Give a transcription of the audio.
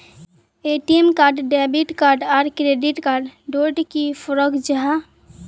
ATM card debit card आर credit card डोट की फरक जाहा?